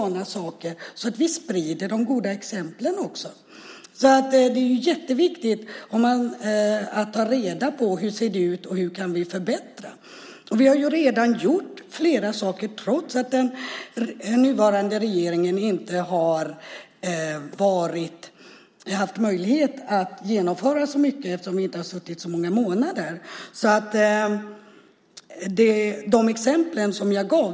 Det är bra om vi sprider de goda exemplen. Det är jätteviktigt att ta reda på hur det ser ut och hur vi kan förbättra. Vi har redan gjort flera saker trots att den nuvarande regeringen inte haft möjlighet att genomföra så mycket eftersom den inte har suttit så många månader.